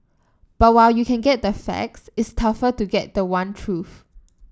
but while you can get the facts it's tougher to get the one truth